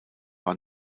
war